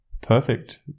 perfect